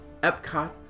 Epcot